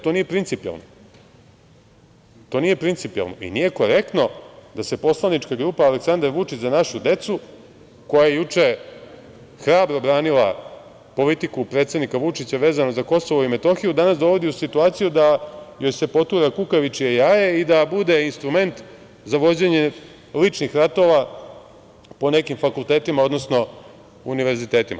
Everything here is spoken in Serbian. To nije principijelno i nije korektno da se poslanička grupa Aleksandar Vučić – Za našu decu, koja je juče hrabro branila politiku predsednika Vučića vezano za Kosovo i Metohiju, danas dovodi u situaciju da joj se potura kukavičje jaje i da bude instrument za vođenje ličnih ratova po nekim fakultetima, odnosno univerzitetima.